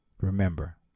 Remember